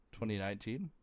2019